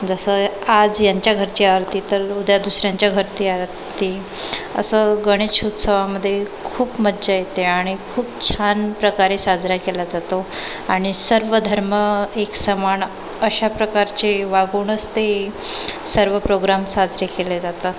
जसं आज ह्यांच्या घरची आरती तर उद्या दुसऱ्यांच्या घरती आरती असं गणेश उत्सवामधे खूप मजा येते आणि खूप छान प्रकारे साजरा केला जातो आणि सर्व धर्म एक समान अशा प्रकारचे वागूनच ते सर्व प्रोग्राम साजरे केले जातात